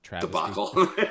debacle